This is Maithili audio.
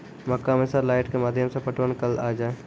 मक्का मैं सर लाइट के माध्यम से पटवन कल आ जाए?